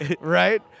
right